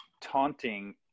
taunting